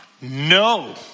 No